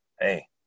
hey